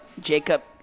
Jacob